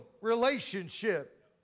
relationship